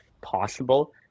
possible